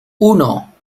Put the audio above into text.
uno